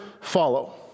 follow